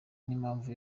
n’impamvu